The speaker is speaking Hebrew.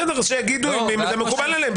בסדר, שיגידו אם זה מקובל עליהם.